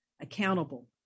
accountable